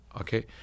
Okay